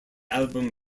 album